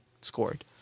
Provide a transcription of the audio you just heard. scored